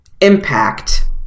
impact